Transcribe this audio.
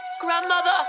Grandmother